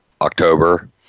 October